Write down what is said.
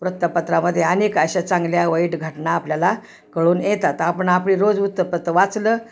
वृत्तपत्रामध्ये आनेक अशा चांगल्या वाईट घटना आपल्याला कळून येतात आपण आपली रोज वृत्तपत्र वाचलं